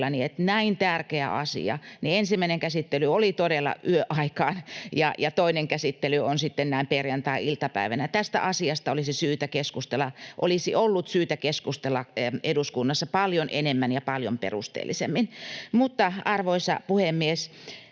että näin tärkeässä asiassa ensimmäinen käsittely oli todella yöaikaan ja toinen käsittely on sitten näin perjantai-iltapäivänä. Tästä asiasta olisi ollut syytä keskustella eduskunnassa paljon enemmän ja paljon perusteellisemmin. Arvoisa puhemies!